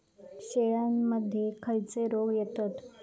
शेळ्यामध्ये खैचे रोग येतत?